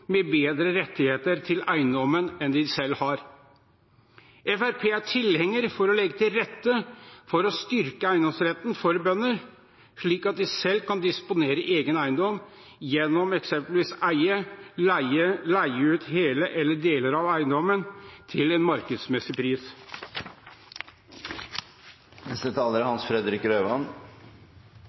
med bedre rettigheter til eiendommen enn de selv har? Fremskrittspartiet er tilhenger av å legge til rette for å styrke eiendomsretten for bønder, slik at de selv kan disponere egen eiendom gjennom eksempelvis å eie, leie eller leie ut hele eller deler av eiendommen til en markedsmessig pris.